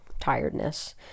tiredness